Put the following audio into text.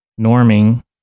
norming